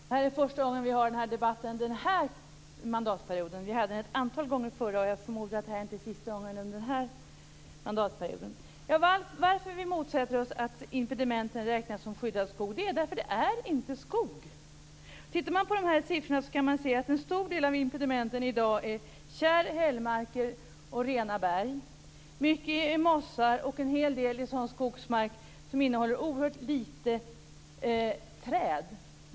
Herr talman! Det är första gången under denna mandatperiod som vi har den här debatten. Vi debatterade detta ett antal gånger under förra mandatperioden, och jag förmodar att det inte är sista gången under den här mandatperioden som vi har denna debatt. Anledningen till att vi motsätter oss att impedimenten räknas som skyddad skog är att det inte handlar om skog. Vid en studie av de här siffrorna kan man se att en stor del av impedimenten i dag är kärr, hällmarker och rena berg. Mycket mark är mossar och en hel del mark är skogsmark som innehåller oerhört lite träd.